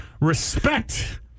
Respect